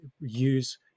use